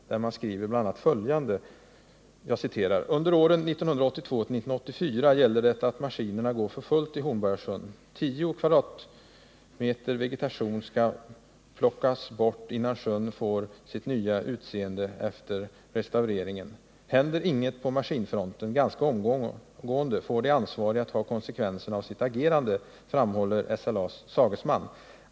Man skriver där bl.a. följande: ”Under åren 1982-84 gäller det att maskinerna går för fullt i Hornborgasjön. 10 kvm vegetation ska plockas bort innan sjön får sitt nya utseende efter restaureringen. Händer inget på maskinfronten ganska omgående får de ansvariga ta konsekvenserna av sitt agerande, framhåller SLA:s sagesman.